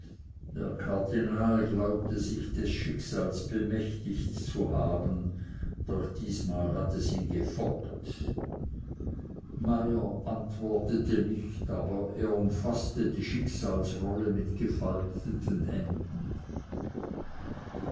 der kardinal glaubte sich des schicksals bemächtigt zu haben doch diesmal hat es ihn gefoppt meyer antwortete nicht aber er umfaßte die schicksalsrolle mit gefalteten händen